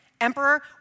Emperor